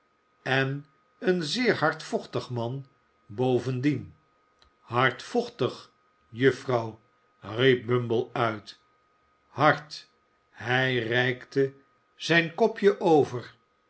en een zeer hardvochtig man bovendien hardvochtig juffrouw riep bumble uit hard hij reikte zijn kopje over